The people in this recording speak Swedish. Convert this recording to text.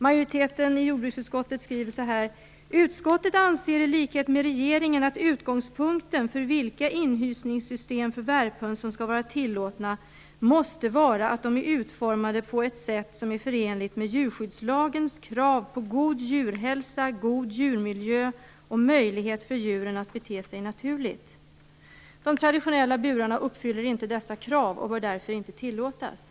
Utskottsmajoriteten skriver så här: "Utskottet anser i likhet med regeringen att utgångspunkten för vilka inhysningssystem för värphöns som skall vara tillåtna måste vara att de är utformade på ett sätt som är förenligt med djurskyddslagens krav på god djurhälsa, god djurmiljö och möjlighet för djuren att bete sig naturligt. De traditionella burarna uppfyller inte dessa krav och bör därför inte tillåtas."